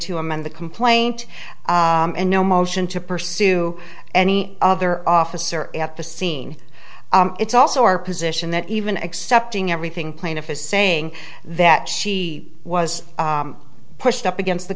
to amend the complaint and no motion to pursue any other officer at the scene it's also our position that even accepting everything plaintiff is saying that she was pushed up against the